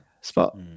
spot